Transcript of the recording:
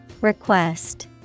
request